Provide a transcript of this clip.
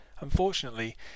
Unfortunately